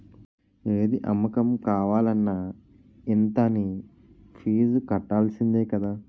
ఏది అమ్మకం కావాలన్న ఇంత అనీ ఫీజు కట్టాల్సిందే కదా